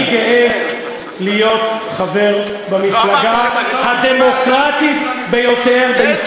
אני גאה להיות חבר במפלגה הדמוקרטית ביותר בישראל,